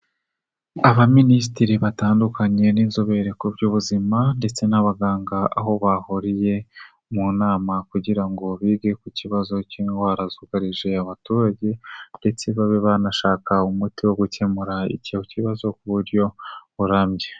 Abaminisitiri batandukanye n'inzobere mu by'ubuzima ndetse n'abaganga aho bahuriye mu nama kugira ngo bige ku kibazo cy'indwara zugarije abaturage ndetse babe banashaka umuti wo gukemura icyo kibazo ku buryo burambye.